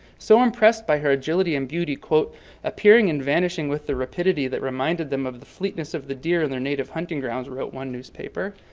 so impressed by her agility and beauty appearing and vanishing with the rapidity that reminded them of the fleetness of the deer in their native hunting grounds wrote one newspaper.